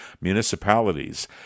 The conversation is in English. municipalities